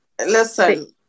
Listen